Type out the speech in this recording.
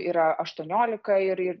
yra aštuoniolika ir ir